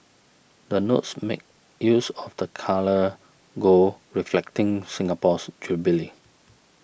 the notes make use of the colour gold reflecting Singapore's jubilee